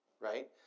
right